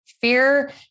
Fear